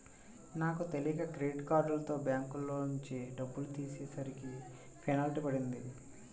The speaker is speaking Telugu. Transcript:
నాకు తెలియక క్రెడిట్ కార్డుతో బ్యాంకులోంచి డబ్బులు తీసేసరికి పెనాల్టీ పడింది